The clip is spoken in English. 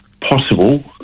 possible